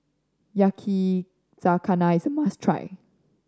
yakizakana is a must try